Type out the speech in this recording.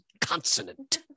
consonant